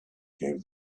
gave